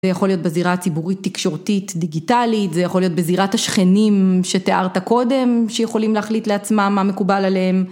זה יכול להיות בזירה הציבורית תקשורתית דיגיטלית זה יכול להיות בזירת השכנים שתיארת קודם שיכולים להחליט לעצמם מה מקובל עליהם